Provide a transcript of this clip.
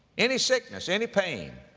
any sickness, any pain,